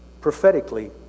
prophetically